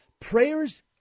prayers